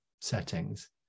settings